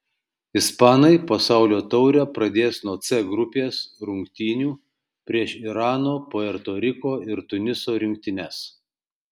ispanai pasaulio taurę pradės nuo c grupės rungtynių prieš irano puerto riko ir tuniso rinktines